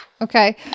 Okay